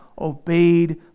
obeyed